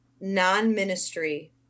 non-ministry